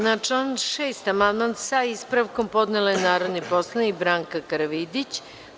Na član 6. amandman sa ispravkom podnela je narodni poslanik Branka Karavidić.